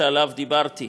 שעליו דיברתי,